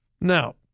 Now